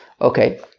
Okay